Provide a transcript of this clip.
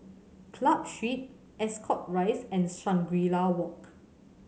Club Street Ascot Rise and Shangri La Walk